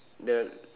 the